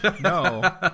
No